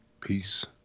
Peace